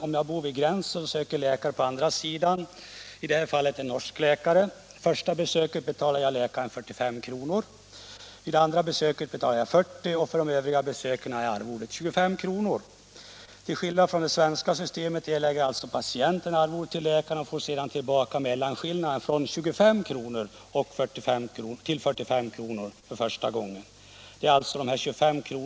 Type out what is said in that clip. Om jag bor vid norska gränsen och söker en norsk läkare betalar jag till läkaren för det första besöket 45 kr., för det andra besöket 40 kr. och för övriga besök 25 kr. Till skillnad från det svenska systemet erlägger alltså patienten arvodet till läkaren. Han får sedan tillbaka mellanskillnaden mellan 25 och 45 kr. Beloppet 25 kr.